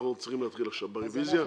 אנחנו צריכים להתחיל ברביזיה?